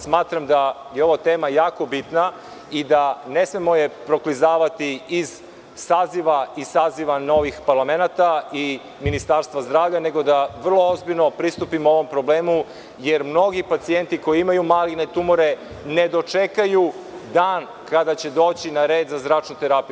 Smatram da je ova tema jako bitna i da je ne smemo proklizavati iz saziva i saziva novih parlamenta i Ministarstva zdravlja, nego da vrlo ozbiljno pristupimo ovom problemu, jer mnogi pacijenti koji imaju maligne tumore ne dočekaju dan kada će doći na red za zračnu terapiju.